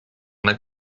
that